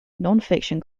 nonfiction